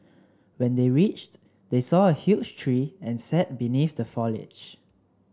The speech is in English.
when they reached they saw a huge tree and sat beneath the foliage